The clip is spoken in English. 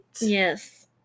Yes